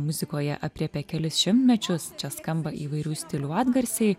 muzikoje aprėpia kelis šimtmečius čia skamba įvairių stilių atgarsiai